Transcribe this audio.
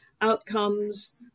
outcomes